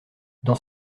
dans